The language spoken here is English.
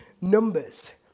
numbers